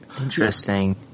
Interesting